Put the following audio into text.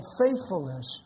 faithfulness